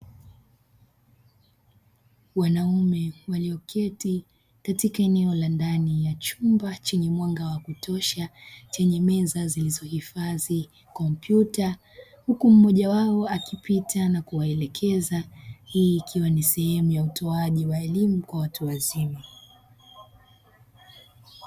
Wanaume walioketi katika eneo la ndani ya chumba chenye mwanga wa kutosha chenye meza zilizohifadhi kompyuta, Huku mmoja wao akipita na kuwaelekeza ,hii ikiwa ni sehemu ya utoaji wa elimu kwa watu wazima.